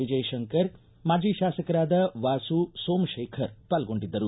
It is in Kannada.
ವಿಜಯಶಂಕರ್ ಮಾಜಿ ಶಾಸಕರಾದ ವಾಸು ಸೋಮಶೇಖರ್ ಪಾಲ್ಗೊಂಡಿದ್ದರು